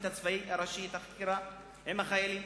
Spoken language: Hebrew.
הצבאי הראשי את החקירה עם החיילים,